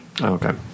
Okay